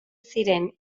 ziren